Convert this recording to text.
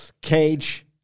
Cage